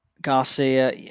Garcia